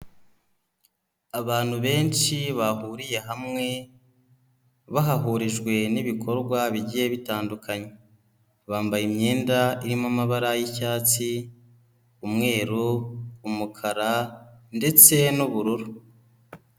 Abantu benshi bahuriye hamwe, bahahurijwe n'ibikorwa bigiye bitandukanye. Bambaye imyenda irimo amabara y'icyatsi, umweru, umukara ndetse n'ubururu.